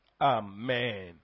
Amen